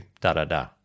da-da-da